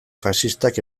faxistak